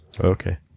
Okay